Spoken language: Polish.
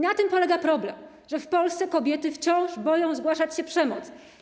Na tym polega problem, że w Polsce kobiety wciąż boją zgłaszać się przemoc.